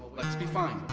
let's be fine.